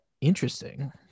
interesting